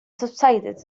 subsided